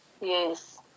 yes